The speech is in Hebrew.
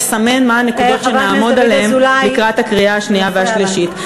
לסמן מה הנקודות שנעמוד עליהן לקראת הקריאה השנייה והשלישית.